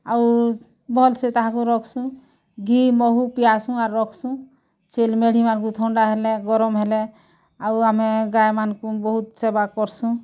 ଆଉ ଭଲସେ ତାହାକୁ ରଖ୍ସୁଁ ଘି ମହୁ ପିଆସୁଁ ଆର୍ ରଖ୍ସୁଁ ଛେଲ୍ ମେଢ଼ିମାନଙ୍କୁ ଥଣ୍ଡା ହେଲେ ଗରମ ହେଲେ ଆମେ ଗାଈମାନଙ୍କୁ ବହୁତ୍ ସେବା କର୍ସୁଁ